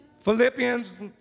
Philippians